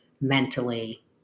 mentally